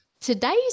today's